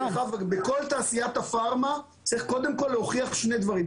בכל תעשיית הפארמה צריך להוכיח שני דברים,